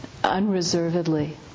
unreservedly